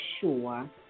sure